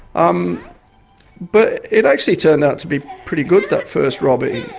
um but it actually turned out to be pretty good that first robbie,